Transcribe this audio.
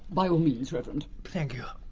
by all means, reverend. thank you.